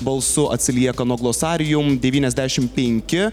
balsu atsilieka nuo glossarium devyniasdešimt penki